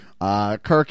Kirk